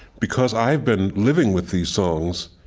because i have been living with these songs,